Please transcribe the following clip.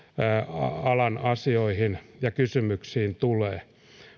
alan asioihin ja kysymyksiin tulee